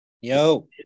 Yo